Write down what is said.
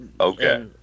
okay